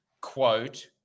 quote